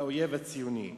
לאויב הציוני.